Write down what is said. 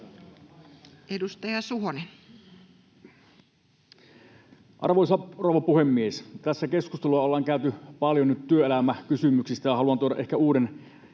Edustaja Suhonen. Arvoisa rouva puhemies! Tässä ollaan käyty paljon keskustelua nyt työelämäkysymyksistä, ja haluan tuoda ehkä uuden